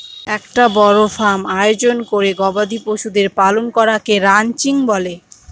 একটা বড় ফার্ম আয়োজন করে গবাদি পশুদের পালন করাকে রানচিং বলে